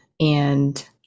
and-